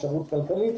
אפשרות כלכלית,